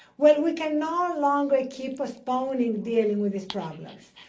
well, we can no longer keep postponing dealing with these problems.